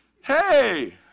Hey